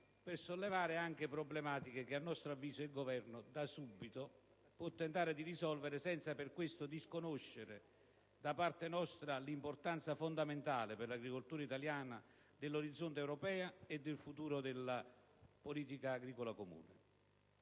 per sollevare problematiche che, a nostro avviso, l'Esecutivo da subito potrebbe tentare di risolvere, senza con questo voler disconoscere da parte nostra l'importanza fondamentale per l'agricoltura italiana dell'orizzonte europeo e del futuro della politica agricola comune.